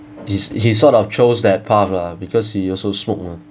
he's he sort of chose that path lah because he he also smoke mah